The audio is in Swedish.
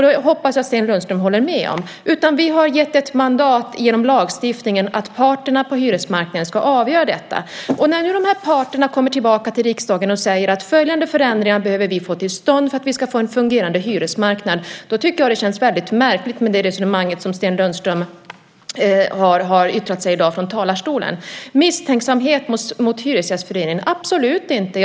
Det hoppas jag att Sten Lundström håller med om. Vi har genom lagstiftningen gett ett mandat till parterna på hyresmarknaden att avgöra detta. När nu de här parterna kommer tillbaka till riksdagen och säger att följande förändringar behöver vi få till stånd för att vi ska få en fungerande hyresmarknad tycker jag att det känns väldigt märkligt med det resonemang som Sten Lundström för från talarstolen i dag. Misstänksamhet mot Hyresgästföreningen - absolut inte.